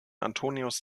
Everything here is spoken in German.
antonius